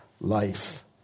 life